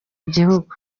gihugu